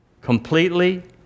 completely